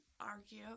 argue